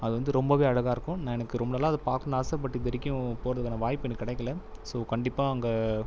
அதுவந்து ரொம்பவே அழகாக இருக்குது எனக்கு ரொம்ப நாளாக அதை பார்க்கன்னு ஆசை பட் இதுவரைக்கும் போகிறதுக்கான வாய்ப்பு எனக்கு கிடைக்கலை ஸோ கண்டிப்பாக அங்கே